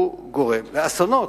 הוא גורם לאסונות.